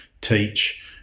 teach